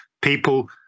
people